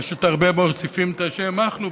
פשוט הרבה מוסיפים את השם מכלוף,